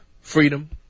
freedom